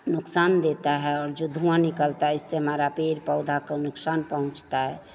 नुकसान देता है और जो धुआँ निकलता है इससे हमारे पेड़ पौधे को नुकसान पहुँचता है